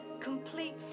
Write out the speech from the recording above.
complete